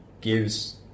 gives